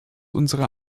unsere